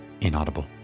inaudible